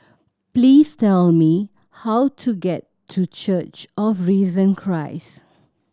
please tell me how to get to Church of Risen Christ